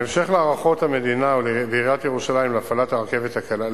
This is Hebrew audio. בהמשך להיערכות המדינה ועיריית ירושלים להפעלת הרכבת הקלה,